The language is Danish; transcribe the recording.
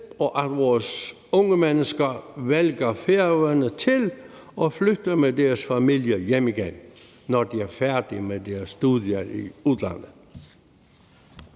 og at vores unge mennesker vælger Færøerne til og flytter med deres familie hjem igen, når de er færdige med deres studier i udlandet.